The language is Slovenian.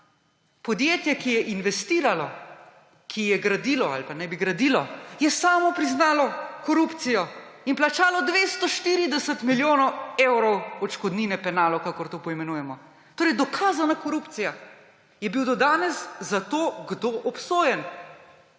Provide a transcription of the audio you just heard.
podjetje, ki je investiralo, ki je gradilo ali pa naj bi gradilo, je samo priznalo korupcijo in plačalo 240 milijonov evrov odškodnine, penalov, kakor to poimenujemo. Torej dokazana korupcija. Je bil do danes za to kdo obsojen?